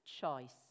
choice